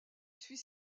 suis